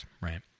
right